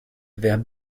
vers